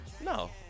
no